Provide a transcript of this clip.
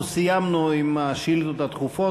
סיימנו עם השאילתות הדחופות,